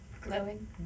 glowing